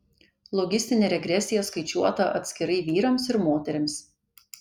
logistinė regresija skaičiuota atskirai vyrams ir moterims